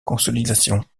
consolidation